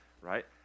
Right